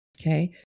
Okay